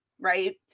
right